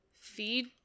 Feed